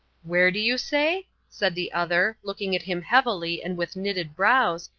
where do you say? said the other, looking at him heavily and with knitted brows,